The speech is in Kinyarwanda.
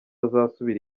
azasubira